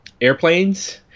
airplanes